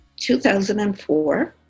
2004